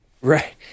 Right